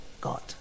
God